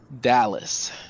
Dallas